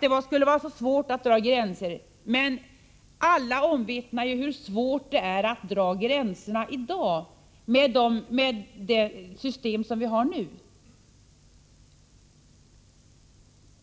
Det skulle vara så svårt att dra gränser. Men alla omvittnar ju hur svårt det är att dra gränserna med det system som vi har nu.